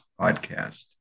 podcast